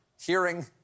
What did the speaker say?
hearing